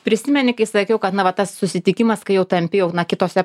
prisimeni kai sakiau kad na va tas susitikimas kai jau tampi jau na kitose